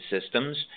systems